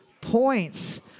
points